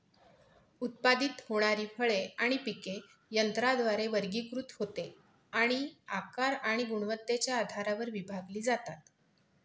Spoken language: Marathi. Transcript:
उत्पादित होणारी फळे आणि पिके यंत्राद्वारे वर्गीकृत होते आणि आकार आणि गुणवत्तेच्या आधारावर विभागली जातात